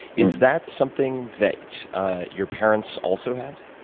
is that something that your parents also had?